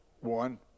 one